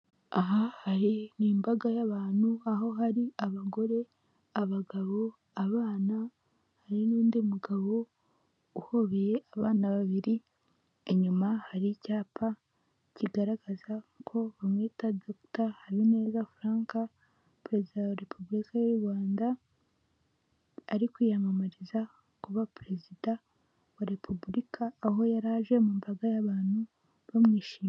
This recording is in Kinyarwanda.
Umuhanda munini hakurya y'umuhanda hari inzu nini icururizwamo ibintu bitandukanye hari icyapa cy'amata n'icyapa gicuruza farumasi n'imiti itandukanye.